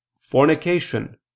Fornication